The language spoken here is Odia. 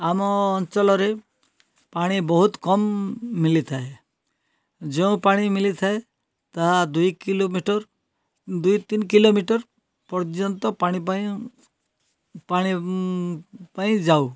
ଆମ ଅଞ୍ଚଲରେ ପାଣି ବହୁତ୍ କମ୍ ମିଲିଥାଏ ଯେଉଁ ପାଣି ମିଲିଥାଏ ତା ଦୁଇ କିଲୋମିଟର୍ ଦୁଇ ତିନି କିଲୋମିଟର୍ ପର୍ଯ୍ୟନ୍ତ ପାଣି ପାଇଁ ପାଣି ପାଇଁ ଯାଉ